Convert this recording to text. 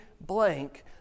blank